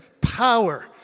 power